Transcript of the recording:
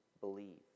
believe